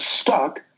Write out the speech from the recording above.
stuck